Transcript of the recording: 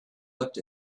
looked